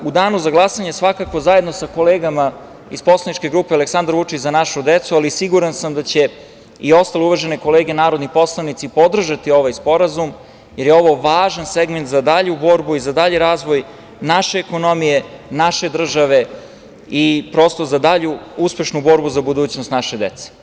U danu za glasanje svakako ćemo, zajedno sa kolegama iz poslaničke grupe „Aleksandar Vučić - Za našu decu“, ali siguran sam da će i ostale uvažene kolege narodni poslanici, podržati ovaj sporazum, jer je ovo važan segment za dalju borbu i za dalji razvoj naše ekonomije, naše države i prosto za dalju uspešnu borbu za budućnost naše dece.